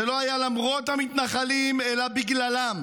זה לא היה למרות המתנחלים אלא בגללם.